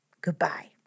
goodbye